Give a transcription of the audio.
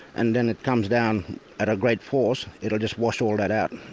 and then it comes down at a great force, it'd just wash all that out.